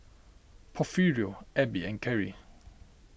Porfirio Abbey and Kerri